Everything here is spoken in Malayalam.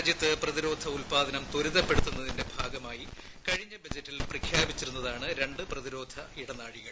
രാജ്യത്ത് പ്രതിരോധ ഉത്പാദനം ത്രിതപ്പെടുത്തുന്നതിന്റെ ഭാഗമായി കഴിഞ്ഞ ബജറ്റിൽ പ്രഖ്യാപിച്ചിരുന്നതാണ് രണ്ട് പ്രതിരോധ ഇടനാഴികൾ